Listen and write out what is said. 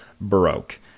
broke